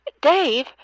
Dave